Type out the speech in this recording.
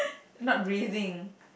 not breathing